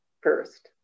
first